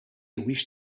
wish